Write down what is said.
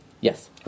Yes